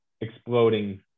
exploding